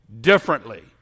Differently